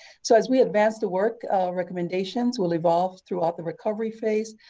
so as we advance the work recommendations will evolve throughout the recovery phase,